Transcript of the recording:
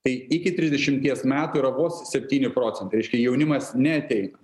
tai iki trisdešimties metų yra vos septyni procentai reiškia jaunimas neateina